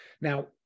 Now